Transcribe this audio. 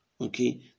Okay